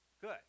good